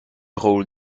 rôle